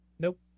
Nope